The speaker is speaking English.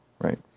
right